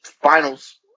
finals